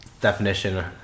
definition